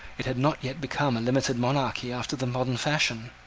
it had not yet become a limited monarchy after the modern fashion.